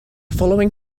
following